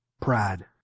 pride